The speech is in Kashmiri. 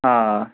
آ آ